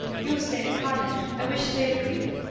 you stay at cottage i wish stay with you.